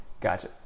gotcha